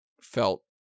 felt